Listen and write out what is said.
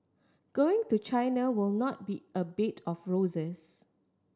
going to China will not be a bed of roses